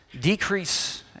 decrease